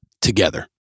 together